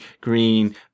Green